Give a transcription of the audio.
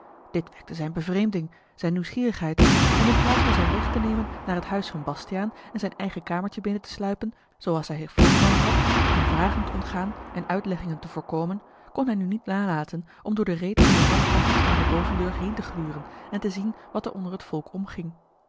dit wekte zijne bevreemding zijne nieuwsgierigheid en in plaats van zijn weg te nemen naar het huis van bastiaan en zijn eigen kamertje binnen te sluipen zooals hij zich voorgenomen had om vragen te ontgaan en uitleggingen te voorkomen kon hij nu niet nalaten om door de reet van de half openstaande bovendeur heen te gluren en te zien wat er onder het volk omging